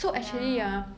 ya